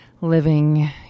living